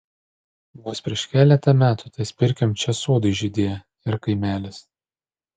vos prieš keletą metų ties pirkiom čia sodai žydėjo ir kaimelis